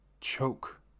choke